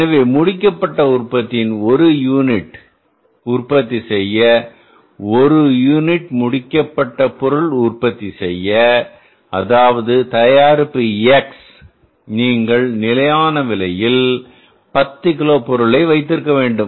எனவே முடிக்கப்பட்ட உற்பத்தியின் 1 யூனிட்டை உற்பத்தி செய்ய 1 யூனிட் முடிக்கப்பட்ட பொருள் அதாவது தயாரிப்பு எக்ஸ் நீங்கள்நிலையானவிலையில் 10 கிலோ பொருளை வைத்திருக்க வேண்டும்